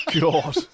God